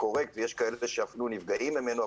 קורקט ויש כאלה שאפילו נפגעים ממנו,